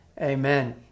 Amen